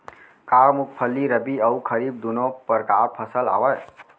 का मूंगफली रबि अऊ खरीफ दूनो परकार फसल आवय?